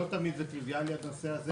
לא תמיד זה טריוויאלי הנושא הזה.